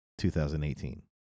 2018